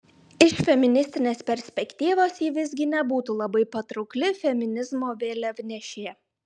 iš feministinės perspektyvos ji visgi nebūtų labai patraukli feminizmo vėliavnešė